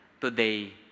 today